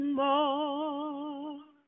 more